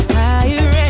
higher